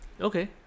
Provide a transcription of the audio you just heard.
Okay